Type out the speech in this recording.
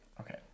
Okay